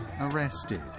arrested